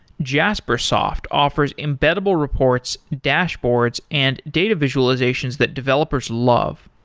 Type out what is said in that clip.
jaspersoft offers embeddable reports, dashboards and data visualizations that developers love.